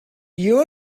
you